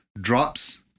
drops